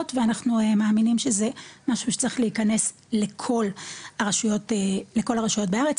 ואנחנו מאמינים שזה משהו שצריך להיכנס לכל הרשויות בארץ,